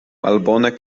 malbone